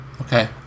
Okay